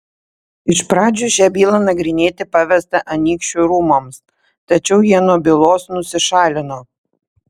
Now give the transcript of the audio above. iš pradžių šią bylą nagrinėti pavesta anykščių rūmams tačiau jie nuo bylos nusišalino